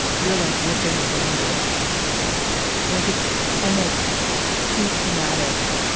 you're like ripping a band-aid off like it's almost too traumatic.